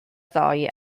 ddoe